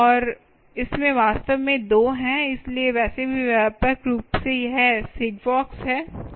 और इसमें वास्तव में दो हैं इसलिए वैसे भी व्यापक रूप से यह सिगफॉक्स है